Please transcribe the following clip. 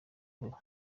vuba